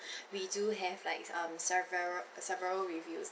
we do have like um sever~ several reviews